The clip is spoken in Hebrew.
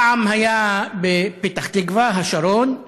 פעם היה בפתח תקווה, השרון,